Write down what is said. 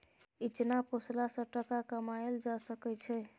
इचना पोसला सँ टका कमाएल जा सकै छै